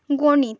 গণিত